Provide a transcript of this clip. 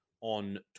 on